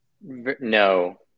No